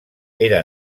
era